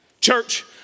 Church